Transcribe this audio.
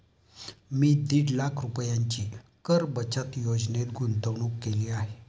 मी दीड लाख रुपयांची कर बचत योजनेत गुंतवणूक केली आहे